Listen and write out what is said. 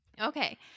Okay